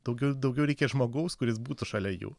daugiau daugiau reikia žmogaus kuris būtų šalia jų